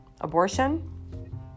abortion